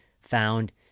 found